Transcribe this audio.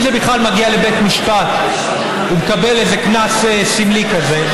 ואם זה בכלל מגיע לבית משפט הוא מקבל איזה קנס סמלי כזה.